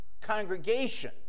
congregation